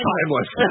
timeless